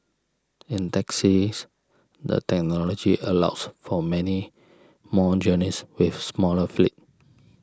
in taxis the technology allows for many more journeys with smaller fleet